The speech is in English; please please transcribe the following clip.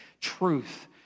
truth